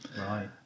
Right